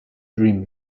dream